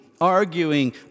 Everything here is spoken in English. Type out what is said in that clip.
arguing